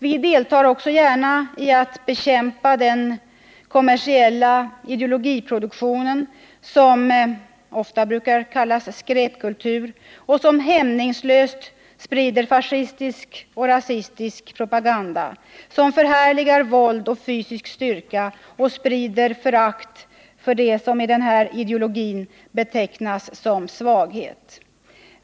Vi deltar också gärna när det gäller att bekämpa den kommersiella ideologiproduktion som ofta brukar kallas skräpkultur och som hämningslöst sprider fascistisk och rasistisk propaganda, som förhärligar våld och fysisk styrka och som sprider förakt för det som i denna ideologi betecknas som svaghet.